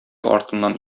артыннан